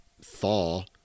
thaw